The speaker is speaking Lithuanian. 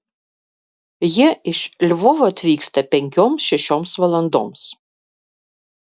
jie iš lvovo atvyksta penkioms šešioms valandoms